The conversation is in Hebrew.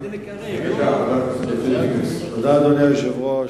אדוני היושב-ראש,